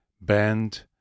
band